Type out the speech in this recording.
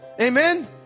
Amen